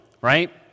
right